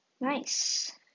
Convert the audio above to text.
Nice